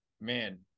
Man